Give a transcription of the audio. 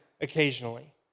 occasionally